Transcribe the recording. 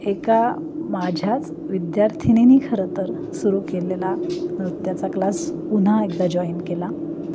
एका माझ्याच विद्यार्थीनीनी खरं तर सुरू केलेला नृत्याचा क्लास पुन्हा एकदा जॉईन केला